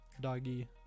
doggy